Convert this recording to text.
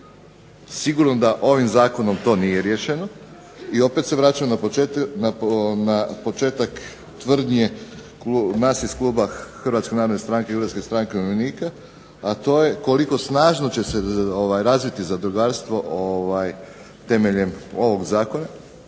Sigurno da ovim zakonom to nije riješeno i opet se vraćam na početak tvrdnje nas iz kluba HNS-HSU-a, a to je koliko snažno će se razviti zadrugarstvo temeljem ovog zakona